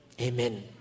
Amen